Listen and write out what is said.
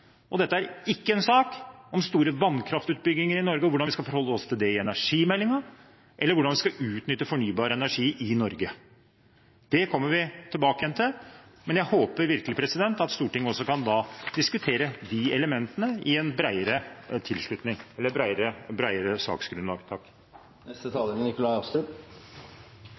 og dette er ikke en sak om store vannkraftutbygginger i Norge, om hvordan vi skal forholde oss til det i energimeldingen, eller hvordan vi skal utnytte fornybar energi i Norge. Det kommer vi tilbake til, men jeg håper virkelig at Stortinget da også kan diskutere de elementene på et bredere saksgrunnlag. Jeg er helt enig med siste taler i